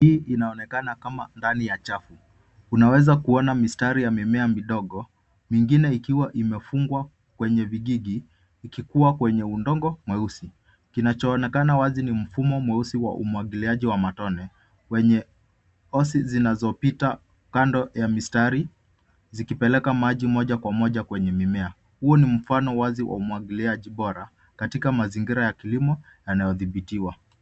Hii inaonekana kama ndani ya chafu. Tunaweza kuona mistari ya mimea midogo, mingine ikiwa imefungwa kwenye vikingi ikikua kwenye udongo mweusi. Kinachoonekana wazi ni mfumo mweusi wa umwagiliaji wa matone wenye hosi zinazopita kando ya mistari zikipeleka maji moja kwa moja kwenye mimea. Huu ni mfano wazi wa umwagiliaji bora katika mazingira ya kilimo yanayodhibitiwa.